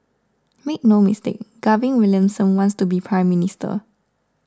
make no mistake Gavin Williamson wants to be Prime Minister